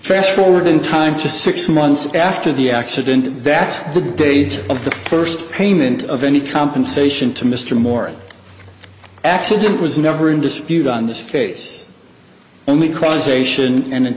fast forward in time to six months after the accident that's the date of the first payment of any compensation to mr moore accident was never in dispute on this case only causation and